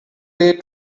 day